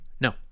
No